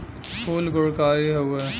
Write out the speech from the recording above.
फूल गुणकारी हउवे